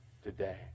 today